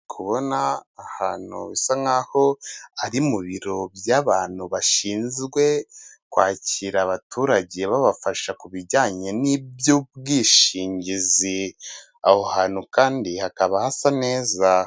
Ndikubona ahantu bisa nk'aho ari mu biro by'abantu bashinzwe kwakira abaturage babafasha ku bijyanye n'iby'ubwishingizi aho hantu kandi hakaba hasa neza.